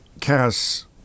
Cass